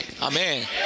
amen